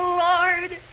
lord.